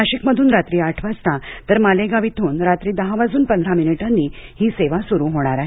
नाशिक मध्र्न रात्री आठ वाजता तर मालेगाव येथून रात्री दहा वाजून पंधरा मिनीटांनी ही सेवा सुरू होणार आहे